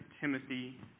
Timothy